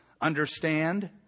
Understand